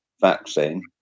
vaccine